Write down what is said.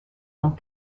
dans